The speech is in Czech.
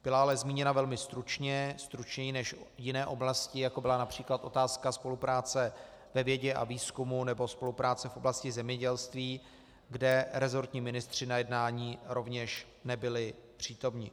Byla ale zmíněna velmi stručně, stručněji než jiné oblasti, jako byla například otázka spolupráce ve vědě a výzkumu nebo spolupráce v oblasti zemědělství, kde resortní ministři na jednání rovněž nebyli přítomni.